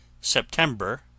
September